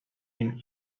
nim